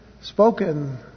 spoken